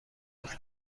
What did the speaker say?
حکم